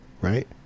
right